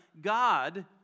God